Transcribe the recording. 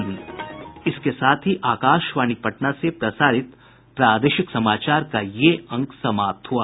इसके साथ ही आकाशवाणी पटना से प्रसारित प्रादेशिक समाचार का ये अंक समाप्त हुआ